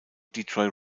detroit